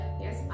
Yes